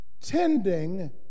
tending